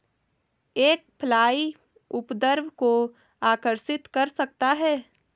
एक फ्लाई उपद्रव को आकर्षित कर सकता है?